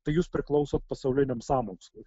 tai jūs priklausot pasauliniam sąmokslui